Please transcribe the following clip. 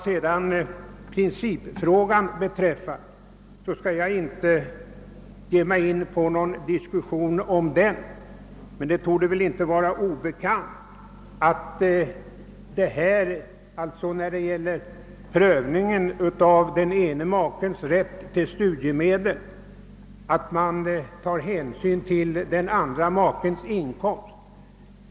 Jag skall inte ge mig in i någon diskussion om principfrågan. Det torde väl inte vara obekant, att man vid prövning av frågor om rätt till statligt stöd i andra sammanhang tar hänsyn till makes inkomst.